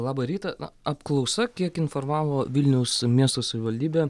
labą rytą apklausa kiek informavo vilniaus miesto savivaldybė